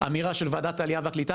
חמישה עשר דיונים.